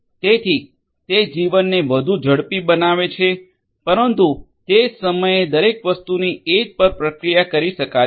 તેથી તે જીવનને વધુ ઝડપી બનાવે છે પરંતુ તે જ સમયે દરેક વસ્તુની એજ પર પ્રક્રિયા કરી શકાતી નથી